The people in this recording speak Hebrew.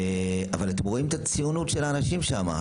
אתם רואים את הציונות של האנשים שם.